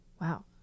Wow